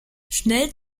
schnell